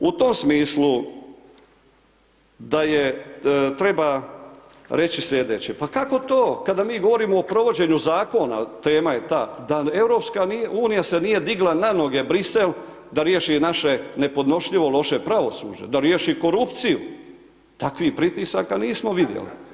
U tom smislu, da je treba, reći sljedeće, pa kako to kada mi govorimo o provođenju zakona, tema je ta, da EU se nije digla na noge, Bruxelles, da riješi naše nepodnošljivo loše pravosuđe, da riješi korupciju, takvih pritisaka nismo vidjeli.